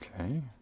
Okay